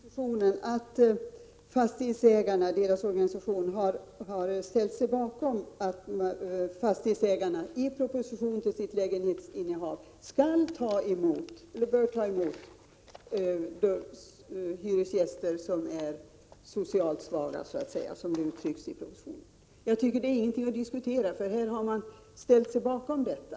Herr talman! Helt kort till Maj-Lis Landberg. Det står i propositionen att fastighetsägarna genom sin organisation har ställt sig bakom förslaget att fastighetsägarna i proportion till sitt lägenhetsinnehav bör ta emot socialt svaga hyresgäster, som det uttrycks i propositionen. Det är ingenting att diskutera, eftersom fastighetsägarna ställt sig bakom detta.